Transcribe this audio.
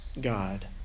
God